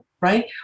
right